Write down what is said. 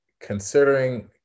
Considering